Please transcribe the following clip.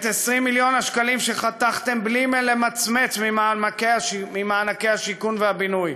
את 20 מיליון השקלים שחתכתם בלי למצמץ ממענקי השיכון והבינוי,